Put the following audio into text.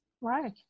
right